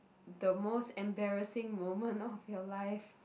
the most embarrassing moment of your life